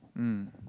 mm